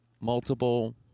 multiple